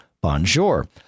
Bonjour